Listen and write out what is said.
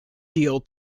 deal